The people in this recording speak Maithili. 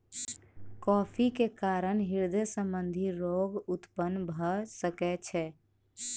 कॉफ़ी के कारण हृदय संबंधी रोग उत्पन्न भअ सकै छै